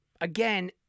again